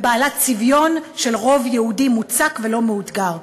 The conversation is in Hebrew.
בעלת צביון של רוב יהודי מוצק ולא מאותגר,